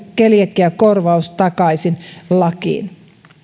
keliakiakorvaus takaisin lakiin